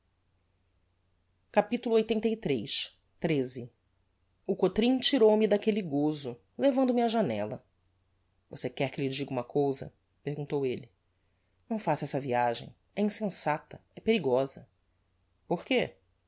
botanica capitulo lxxxiii o cotrim tirou-me daquelle gozo levando me á janella você quer que lhe diga uma cousa perguntou elle não faça essa viagem é insensata é perigosa porque